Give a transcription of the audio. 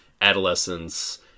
adolescence